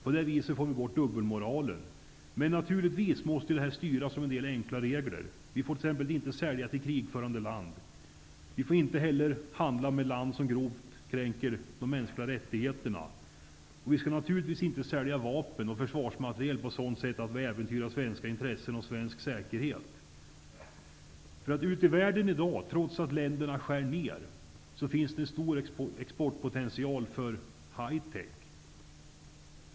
På det sättet får man bort dubbelmoralen. Naturligtvis måste detta styras av enkla regler. Vi får t.ex. inte sälja till krigförande land. Vi får inte heller handla med ett land som grovt kränker de mänskliga rättigheterna. Vi skall naturligtvis inte sälja vapen och försvarsmateriel på ett sådant sätt att vi äventyrar svenska intressen och svensk säkerhet. Trots att länderna ute i världen i dag skär ner finns det en stor exportpotential för hitech.